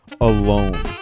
alone